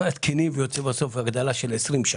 זה יוצא בסוף הגדלה של 20 שקלים.